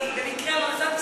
אני במקרה לא נסעתי.